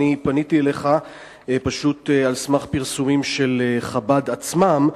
פניתי אליך פשוט על סמך פרסומים של אנשי חב"ד עצמם,